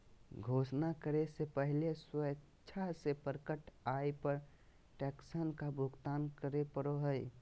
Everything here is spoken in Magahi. घोषणा करे से पहले स्वेच्छा से प्रकट आय पर टैक्स का भुगतान करे पड़ो हइ